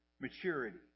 maturity